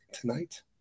tonight